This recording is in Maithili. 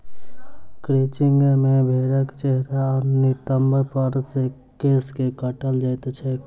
क्रचिंग मे भेंड़क चेहरा आ नितंब पर सॅ केश के काटल जाइत छैक